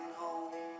home